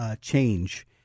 change